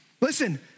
Listen